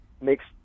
makes